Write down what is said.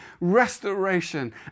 restoration